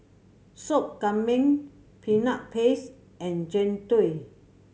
Soup Kambing Peanut Paste and Jian Dui